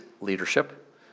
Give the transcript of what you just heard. leadership